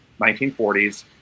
1940s